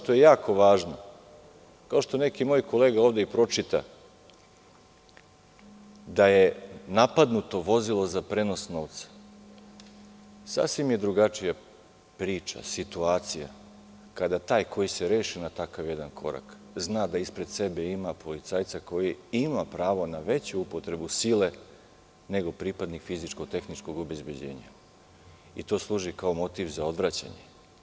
Ono što je jako važno, ono što je neki moj kolega ovde i pročitao, da je napadnuto vozilo za prenos novca, sasvim je drugačija priča i situacija kada taj koji se reši na takav jedan korak zna da ispred sebe ima policajca koji ima pravo na veću upotrebu sile nego pripadnik fizičko-tehničkog obezbeđenja i to služi kao motiv za odvraćanje.